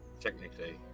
Technically